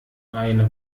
eine